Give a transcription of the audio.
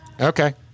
Okay